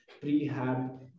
prehab